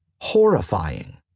horrifying